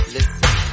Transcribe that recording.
Listen